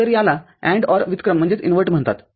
तर याला AND OR व्युत्क्रमम्हणतात